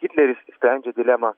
hitleris sprendžia dilemą